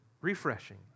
refreshing